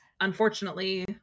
unfortunately